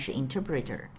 interpreter